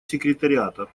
секретариата